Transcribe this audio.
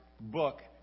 book